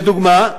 לדוגמה,